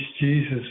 jesus